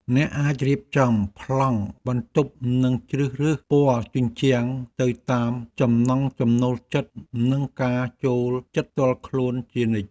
អ្នកអាចរៀបចំប្លង់បន្ទប់និងជ្រើសរើសពណ៌ជញ្ជាំងទៅតាមចំណង់ចំណូលចិត្តនិងការចូលចិត្តផ្ទាល់ខ្លួនជានិច្ច។